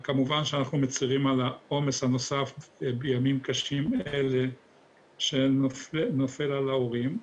כמובן שאנחנו מצרים על העומס הנוסף בימים קשים אלה שנופל על ההורים.